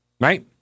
right